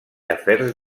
afers